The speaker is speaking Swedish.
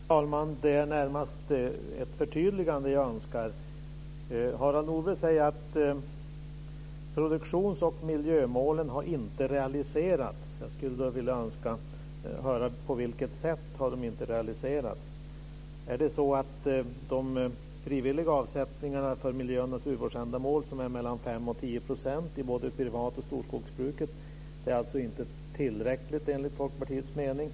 Fru talman! Jag önskar närmast ett förtydligande. Harald Nordlund säger att produktions och miljömålen inte har realiserats. Jag önskar då höra på vilket sätt de inte har realiserats. De frivilliga avsättningarna för miljö och naturvårdsändamål, som är mellan 5 och 10 % i både privat och storskogsbruket, är alltså inte tillräckliga, enligt Folkpartiets mening.